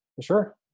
sure